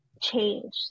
change